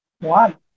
one